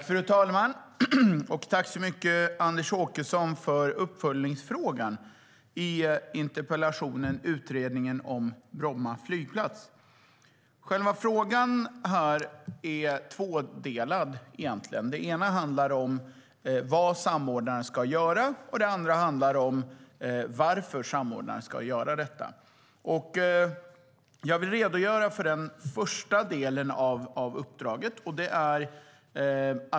Fru talman! Tack så mycket, Anders Åkesson, för uppföljningsfrågan på interpellationen om utredningen om Bromma flygplats! Själva frågan är egentligen tvådelad. Den ena delen handlar om vad samordnaren ska göra, och den andra handlar om varför samordnaren ska göra detta. Jag vill redogöra för den första delen av uppdraget.